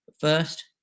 first